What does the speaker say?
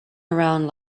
around